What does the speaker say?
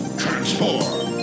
transform